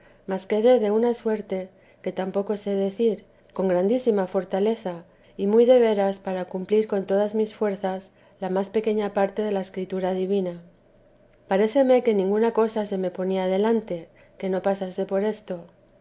quedé de una suerte que tampoco sé decir con grandísima fortaleza y muy de veras para cumplir con todas mis fuerzas la más pequeña parte de la escritura divina paréceme que ninguna cosa se me pornía delante que no pasase por esto